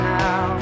now